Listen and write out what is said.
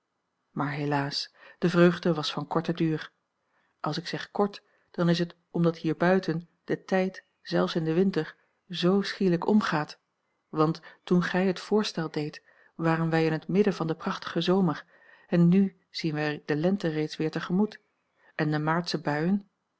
maar helaas de vreugde was van korten duur als ik zeg kort dan is het omdat hier buiten de tijd zelfs in den winter zo schielijk omgaat want toen gij het voorstel deedt waren wij in het midden van den prachtigen zomer en nu zien wij de lente reeds weer te gemoet en de maartsche buien